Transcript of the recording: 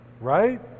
right